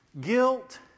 guilt